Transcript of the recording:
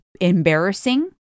embarrassing